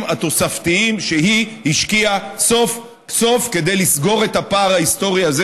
התוספתיים שהיא השקיעה סוף-סוף כדי לסגור את הפער ההיסטורי הזה,